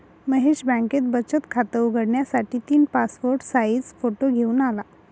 महेश बँकेत बचत खात उघडण्यासाठी तीन पासपोर्ट साइज फोटो घेऊन आला